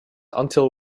until